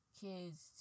kids